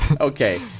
Okay